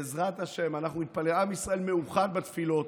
בעזרת השם, אנחנו נתפלל, עם ישראל מאוחד בתפילות,